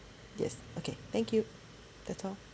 yes okay thank you that's all